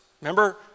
Remember